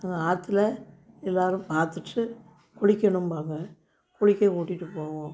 ஆற்றுல எல்லாரும் பார்த்துட்டு குளிக்கணும்பாங்க குளிக்க கூட்டிகிட்டு போவோம்